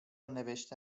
نوشته